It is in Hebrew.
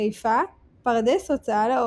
חיפה פרדס הוצאה לאור,